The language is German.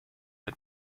der